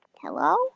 Hello